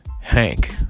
Hank